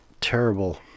terrible